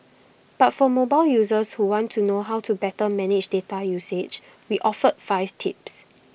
but for mobile users who want to know how to better manage data usage we offered five tips